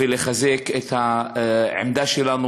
ולחזק את העמדה שלנו.